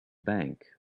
bank